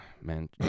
man